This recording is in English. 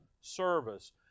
service